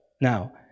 Now